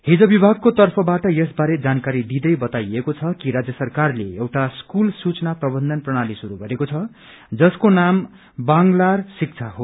हिज विमागको तर्फबाट यस बारे जानकारी दिँदै बताइएको छ कि राज्य सरकारले एउटा स्कूल सूचना प्रबन्धन प्रणाली श्रुरू गरेको छ जसको नाम बांग्लर शिक्षा हो